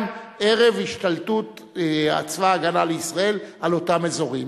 ערב השתלטות צבא-הגנה לישראל על אותם אזורים.